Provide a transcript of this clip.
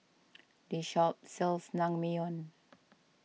this shop sells Naengmyeon